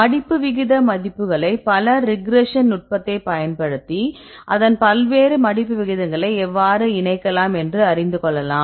மடிப்பு விகித மதிப்புகளைக் பல ரிக்ரஷன் நுட்பத்தை பயன்படுத்தி அதன் பல்வேறு மடிப்பு விகிதங்களை எவ்வாறு இணைக்கலாம் என்று அறிந்து கொள்ளலாம்